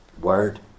word